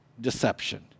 Deception